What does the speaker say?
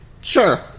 sure